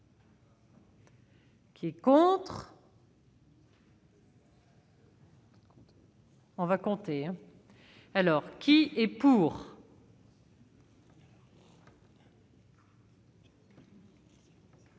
Qui est contres. On va compter, alors qui est pour.